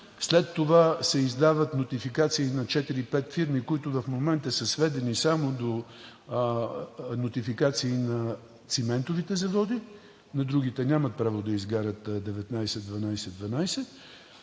след това се издават нотификации на 4 – 5 фирми, които в момента са сведени само до нотификации на циментовите заводи, на другите нямат право да изгарят 19 12 12,